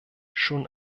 schon